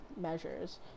measures